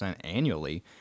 annually